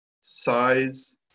Size